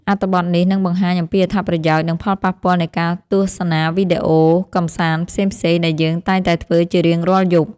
អត្ថបទនេះនឹងបង្ហាញអំពីអត្ថប្រយោជន៍និងផលប៉ះពាល់នៃការទស្សនាវីដេអូកម្សាន្តផ្សេងៗដែលយើងតែងតែធ្វើជារៀងរាល់យប់។